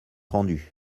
rendu